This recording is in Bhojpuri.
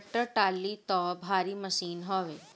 टेक्टर टाली तअ भारी मशीन हवे